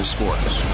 Sports